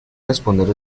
responder